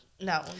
No